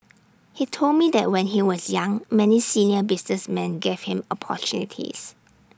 he told me that when he was young many senior businessman gave him opportunities